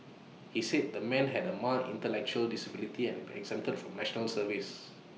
he said the man had A mild intellectual disability and been exempted from National Service